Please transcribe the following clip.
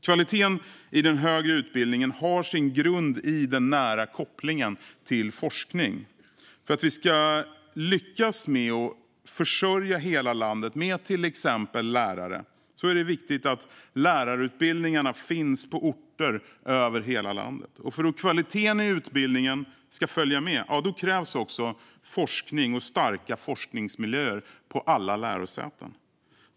Kvaliteten i den högre utbildningen har sin grund i den nära kopplingen till forskning. För att vi ska lyckas med att försörja hela landet med till exempel lärare är det viktigt att lärarutbildningarna finns på orter över hela landet. För att kvaliteten i utbildningen ska följa med krävs också forskning och starka forskningsmiljöer på alla lärosäten.